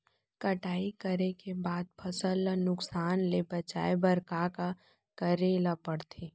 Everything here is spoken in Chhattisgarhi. कटाई करे के बाद फसल ल नुकसान ले बचाये बर का का करे ल पड़थे?